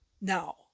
Now